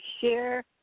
share